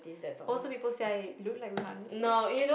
also people say I look like Rihanna so